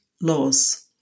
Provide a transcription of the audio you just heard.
laws